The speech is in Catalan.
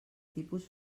tipus